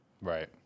Right